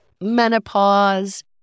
menopause